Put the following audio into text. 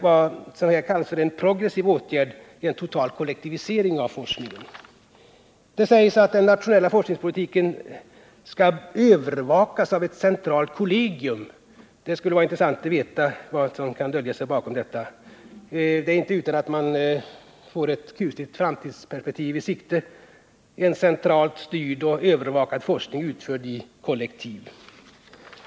Vad som här kallas för en progressiv åtgärd är alltså en total kollektivisering av forskningen. Det sägs att den nationella forskningspolitiken skall övervakas av ett centralt kollegium. Det skulle vara intressant att veta vad som kan dölja sig bakom detta. Det är inte utan att man får ett kusligt framtidsperspektiv i sikte: en centralt styrd och övervakad forskning utförd i kollektiv.